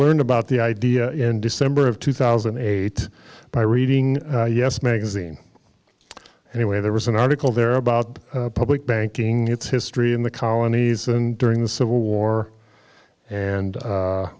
learned about the idea in december of two thousand and eight by reading yes magazine anyway there was an article there about public banking its history in the colonies and during the civil war and